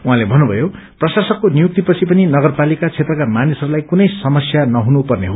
उहाँले भन्नुभयो प्रशासकको नियुक्तिपछि पनि नगरपालिका क्षेत्रका मानिसहरूलाई कुनै समस्या नहुनु पर्ने हो